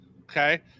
okay